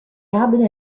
abile